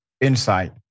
insight